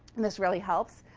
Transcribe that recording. and this really helps.